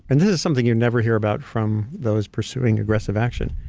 and this is something you never hear about from those pursuing aggressive action.